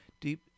deep